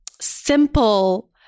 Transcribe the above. simple